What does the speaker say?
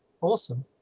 Awesome